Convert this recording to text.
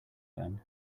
then